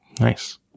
Nice